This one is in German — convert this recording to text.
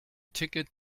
ticket